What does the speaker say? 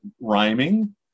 rhyming